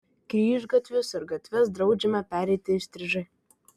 kryžgatvius ir gatves draudžiama pereiti įstrižai